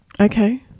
Okay